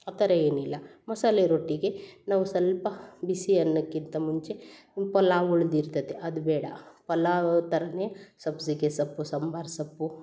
ಆ ಥರ ಏನು ಇಲ್ಲ ಮಸಾಲೆ ರೊಟ್ಟಿಗೆ ನಾವು ಸ್ವಲ್ಪ ಬಿಸಿ ಅನ್ನಕ್ಕಿಂತ ಮುಂಚೆ ಪಲಾವ್ ಉಳ್ದಿರ್ತದೆ ಅದು ಬೇಡ ಪಲಾವ್ ಥರ ಸಬ್ಸಿಗೆ ಸೊಪ್ಪು ಸಾಂಬಾರ್ ಸೊಪ್ಪು